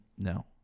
No